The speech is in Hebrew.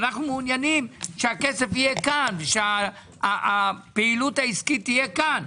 אנו מעוניינים שהכסף יהיה כאן ושהפעילות העסקית תהיה כאן.